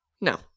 no